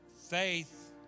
Faith